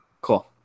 Cool